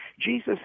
Jesus